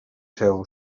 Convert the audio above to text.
seus